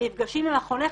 המפגשים עם החונך,